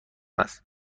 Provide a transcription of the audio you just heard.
است